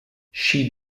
she